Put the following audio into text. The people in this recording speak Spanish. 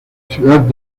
ciudad